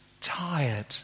tired